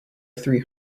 three